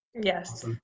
Yes